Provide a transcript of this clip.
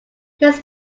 this